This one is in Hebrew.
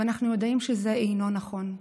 ואנחנו יודעים שזה לא נכון.